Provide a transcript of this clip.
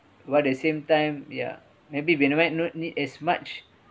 while the same time ya maybe we are no need as much